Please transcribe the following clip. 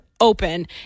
open